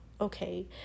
okay